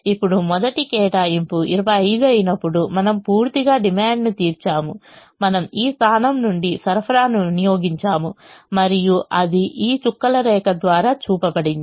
ఇప్పుడు మొదటి కేటాయింపు 25 అయినప్పుడు మనము పూర్తిగా డిమాండ్ను తీర్చాము మనము ఈ స్థానం నుండి సరఫరాను వినియోగించాము మరియు అది ఈ చుక్కల రేఖ ద్వారా చూపబడింది